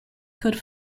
could